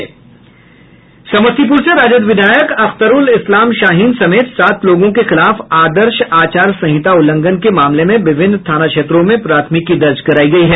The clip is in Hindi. समस्तीपुर से राजद विधायक अख्तरूल इस्लाम शाहीन समेत सात लोगों के खिलाफ आदर्श आचार संहिता उल्लंघन के मामले में विभिन्न थाना क्षेत्रों में प्राथमिकी दर्ज करायी गयी है